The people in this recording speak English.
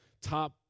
top